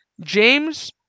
James